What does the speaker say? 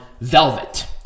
velvet